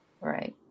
Right